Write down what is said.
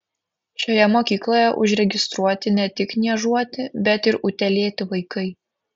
šioje mokykloje užregistruoti ne tik niežuoti bet ir utėlėti vaikai